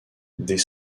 des